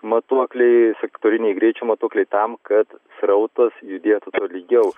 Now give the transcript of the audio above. matuokliai sektoriniai greičio matuokliai tam kad srautas judėtų tolygiau